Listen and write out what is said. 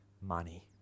money